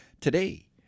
Today